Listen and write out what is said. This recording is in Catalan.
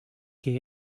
que